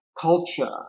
culture